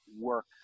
work